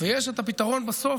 ויש את הפתרון בסוף,